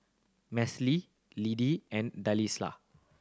Meslee Lidie and Delisla